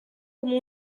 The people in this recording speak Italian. come